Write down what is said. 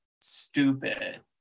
stupid